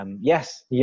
Yes